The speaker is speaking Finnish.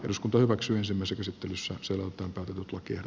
eduskunta hyväksyi ensimmäiset esittelyssä sielultaan totutut volker